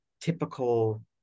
typical